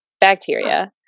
bacteria